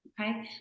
Okay